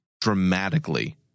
dramatically